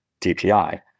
DPI